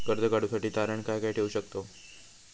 कर्ज काढूसाठी तारण काय काय ठेवू शकतव?